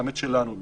גם את שלנו לא,